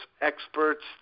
experts